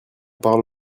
parle